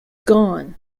gone